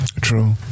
True